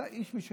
אתה איש משלנו.